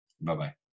Bye-bye